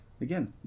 again